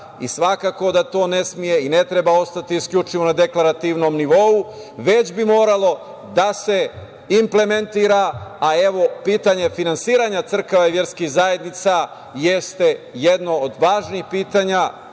i svakako da to ne sme i ne treba ostati isključivo na deklarativnom nivou, već bi moralo da se implementira, a evo pitanje finansiranja crkava i verskih zajednica jeste jedno od važnih pitanja,